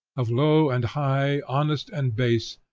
of low and high, honest and base,